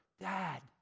dad